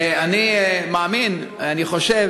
אני מאמין ואני חושב